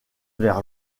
vers